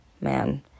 man